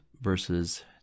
versus